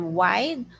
wide